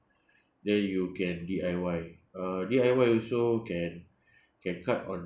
then you can D_I_Y uh D_I_Y also can can cut on